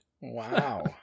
Wow